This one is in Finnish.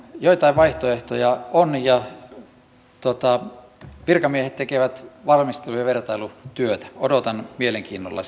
joitain vaihtoehtoja on ja virkamiehet tekevät valmistelu ja vertailutyötä odotan mielenkiinnolla